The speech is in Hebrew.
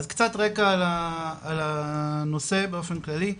אז קצת רקע על הנושא באופן כללי,